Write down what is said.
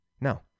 No